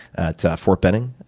at fort benning,